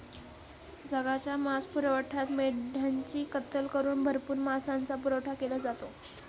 जगाच्या मांसपुरवठ्यात मेंढ्यांची कत्तल करून भरपूर मांसाचा पुरवठा केला जातो